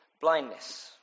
blindness